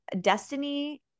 destiny